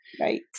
right